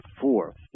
fourth